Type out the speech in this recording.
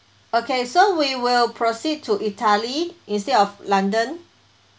okay so we will proceed to italy instead of london